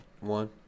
One